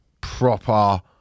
proper